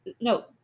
no